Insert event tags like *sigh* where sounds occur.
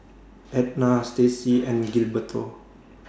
Edna Staci and *noise* Gilberto